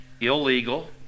illegal